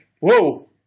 whoa